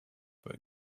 but